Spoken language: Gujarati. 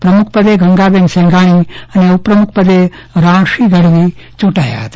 પ્રમુખપદે ગંગાબેન સેંઘાણી અને ઉપપ્રુમખપદે રાણશી ગઢવી ચૂંટાયા હતા